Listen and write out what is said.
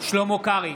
שלמה קרעי,